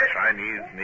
Chinese